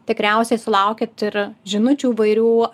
tikriausiai sulaukiat ir žinučių įvairių